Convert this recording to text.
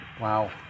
Wow